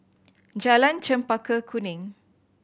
Jalan Chempaka Kuning